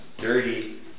dirty